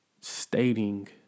stating